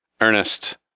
Ernest